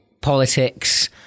politics